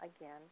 Again